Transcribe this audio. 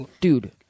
Dude